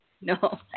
No